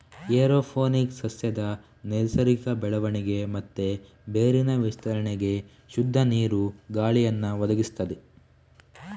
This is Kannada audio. ಏರೋಪೋನಿಕ್ಸ್ ಸಸ್ಯದ ನೈಸರ್ಗಿಕ ಬೆಳವಣಿಗೆ ಮತ್ತೆ ಬೇರಿನ ವಿಸ್ತರಣೆಗೆ ಶುದ್ಧ ನೀರು, ಗಾಳಿಯನ್ನ ಒದಗಿಸ್ತದೆ